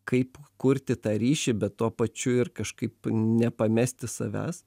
kaip kurti tą ryšį bet tuo pačiu ir kažkaip nepamesti savęs